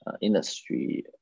industry